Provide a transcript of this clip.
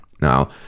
Now